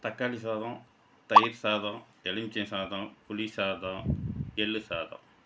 தக்காளி சாதம் தயிர் சாதம் எலுமிச்சை சாதம் புளி சாதம் எள் சாதம்